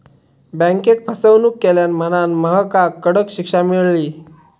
बँकेक फसवणूक केल्यान म्हणांन महकाक कडक शिक्षा मेळली